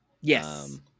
yes